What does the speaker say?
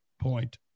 point